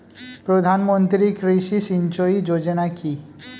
প্রধানমন্ত্রী কৃষি সিঞ্চয়ী যোজনা কি?